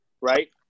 right